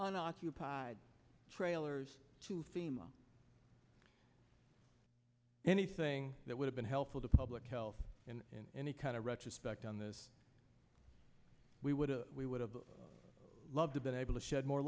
on occupied trailers to thema anything that would have been helpful to public health and in any kind of retrospect on this we would have we would have loved to been able to shed more